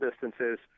distances